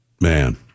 Man